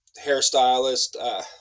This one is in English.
hairstylist